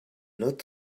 not